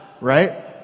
right